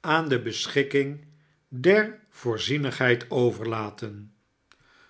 aan de barnaby rudge beschikkingder voorzienigheid overlaten